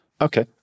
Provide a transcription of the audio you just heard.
Okay